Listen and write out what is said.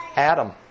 Adam